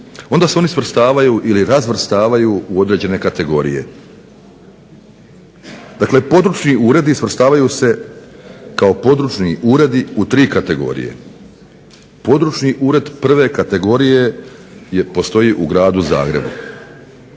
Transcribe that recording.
onda se oni razvrstavaju u određene kategorije. Dakle, područni uredi svrstavaju se kao područni uredi u tri kategorije. Područni ured prve kategorije postoji u Gradu Zagrebu.